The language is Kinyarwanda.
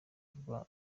rwa